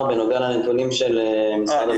בנוגע לנתונים של המשרד לבטחון פנים.